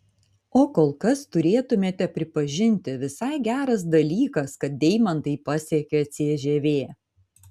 o kol kas turėtumėte pripažinti visai geras dalykas kad deimantai pasiekė cžv